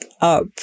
up